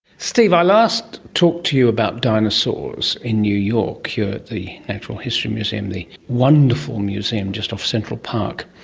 steve, i last talked to you about dinosaurs in new york, you were at the natural history museum, the wonderful museum just off central park,